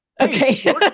Okay